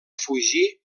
fugir